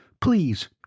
Please